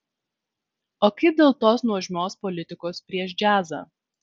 o kaip dėl tos nuožmios politikos prieš džiazą